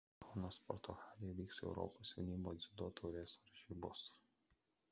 kauno sporto halėje vyks europos jaunimo dziudo taurės varžybos